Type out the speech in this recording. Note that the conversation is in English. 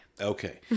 Okay